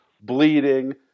bleeding